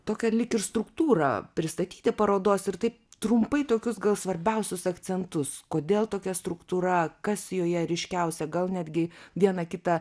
tokią lyg ir struktūrą pristatyti parodos ir taip trumpai tokius gal svarbiausius akcentus kodėl tokia struktūra kas joje ryškiausia gal netgi vieną kitą